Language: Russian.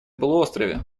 полуострове